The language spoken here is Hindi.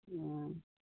हाँ